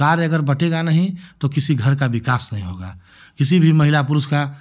कार्य अगर बंटेगा नहीं तो किसी घर का विकास नहीं होगा किसी भी महिला पुरुष का